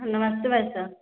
हाँ नमस्ते भाई साहब